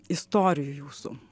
istorijų jūsų